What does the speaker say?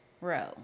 row